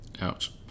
Ouch